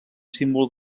símbol